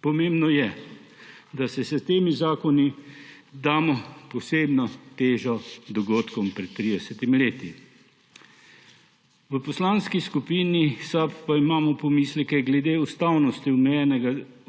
Pomembno je, da s temi zakoni damo posebno težo dogodkom pred 30 leti. V Poslanski skupini SAB pa imamo pomisleke glede ustavnosti